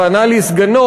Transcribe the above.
וענה לי סגנו,